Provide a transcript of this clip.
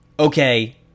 Okay